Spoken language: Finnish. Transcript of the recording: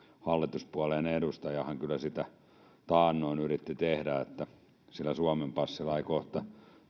hallituspuolueen edustajahan kyllä sellaista taannoin yritti tehdä että sillä suomen passilla ei kohta